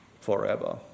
forever